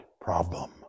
problem